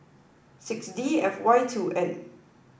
six D F Y two N